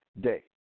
day